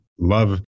love